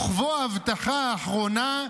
וכבוא הבטחה אחרונה,